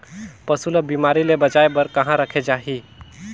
पशु ला बिमारी ले बचाय बार कहा रखे चाही?